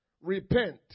Repent